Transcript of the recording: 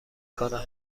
کنم